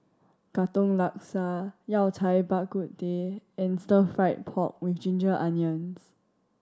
Katong Laksa Yao Cai Bak Kut Teh and Stir Fried Pork With Ginger Onions